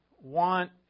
want